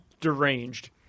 deranged